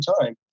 time